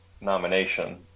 nomination